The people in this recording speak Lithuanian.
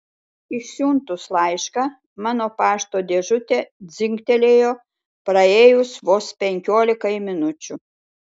išsiuntus laišką mano pašto dėžutė dzingtelėjo praėjus vos penkiolikai minučių